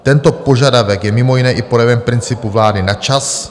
Tento požadavek je mimo jiné i projevem principu vlády na čas...